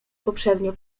poprzednio